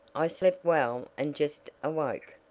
i slept well, and just awoke.